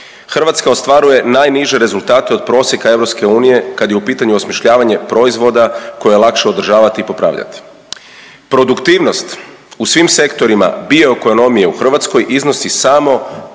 Hrvatska ostvaruje najniže rezultate od prosjeka EU kad je u pitanju osmišljavanje proizvoda koje je lakše održavati i popravljati. Produktivnost u svim sektorima bio ekonomije u Hrvatskoj iznosi samo